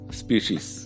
species